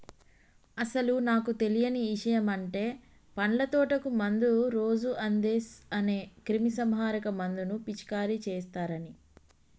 అసలు నాకు తెలియని ఇషయమంటే పండ్ల తోటకు మందు రోజు అందేస్ అనే క్రిమీసంహారక మందును పిచికారీ చేస్తారని